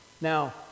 Now